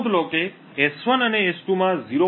નોંધ લો કે S1 અને S2 માં 0